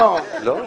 לא.